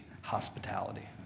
hospitality